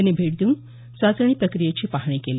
यांनी भेट देऊन चाचणी प्रक्रियेची पाहणी केली